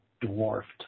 dwarfed